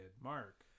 mark